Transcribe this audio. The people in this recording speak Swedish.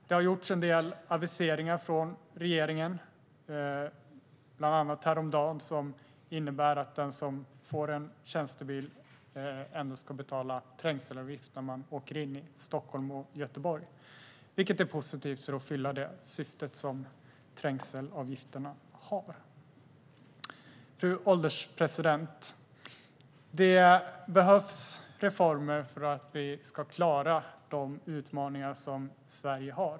Det har gjorts en del aviseringar från regeringen, bland annat häromdagen, som innebär att den som får en tjänstebil ändå ska betala trängselavgift när man åker in i Stockholm och Göteborg, vilket är positivt för att fylla trängselavgifternas syfte. Fru ålderspresident! Det behövs reformer för att vi ska klara Sveriges utmaningar.